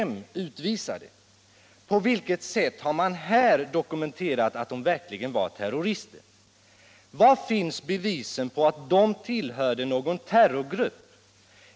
Men på vilket sätt har man dokumenterat att de fyra utvisade verkligen var terrorister? Var finns bevisen på att de tillhörde någon terrorgrupp?